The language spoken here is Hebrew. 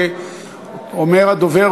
אומר הדובר,